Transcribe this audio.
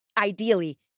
Ideally